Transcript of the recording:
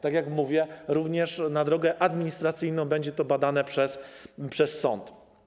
Tak jak mówię, również na drodze administracyjnej będzie to badane przez sąd.